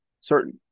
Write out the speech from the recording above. certain